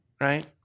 Right